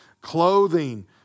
clothing